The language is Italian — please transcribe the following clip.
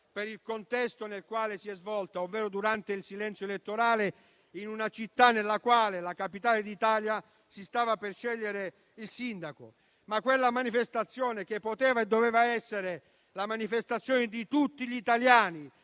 per il contesto nel quale si è svolta, ovvero durante il silenzio elettorale, in una città nella quale - la capitale d'Italia - si stava per scegliere il sindaco; avete reso di parte e quindi più debole una manifestazione che poteva e doveva essere la manifestazione di tutti gli italiani,